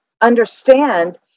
understand